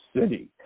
City